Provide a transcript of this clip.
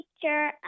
teacher